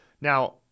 Now